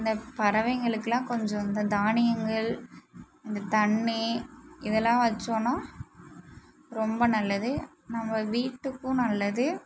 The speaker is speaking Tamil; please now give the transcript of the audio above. இந்த பறவைங்களுக்குலாம் கொஞ்சம் தானியங்கள் இந்த தண்ணீ இதெலாம் வச்சோன்னா ரொம்ப நல்லது நம்ம வீட்டுக்கும் நல்லது